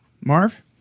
Marv